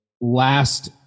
last